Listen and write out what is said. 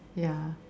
ya